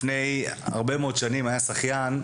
לפני הרבה מאוד שנים היה שחיין,